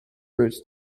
roots